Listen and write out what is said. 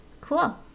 Cool